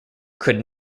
could